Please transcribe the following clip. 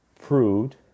proved